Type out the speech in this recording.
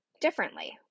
differently